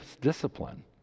discipline